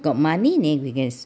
got money then you can